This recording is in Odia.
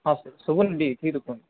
ହଁ ଶୁଭୁନି ଟିକେ ଠିକ୍ରେ କୁହନ୍ତୁ